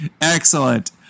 Excellent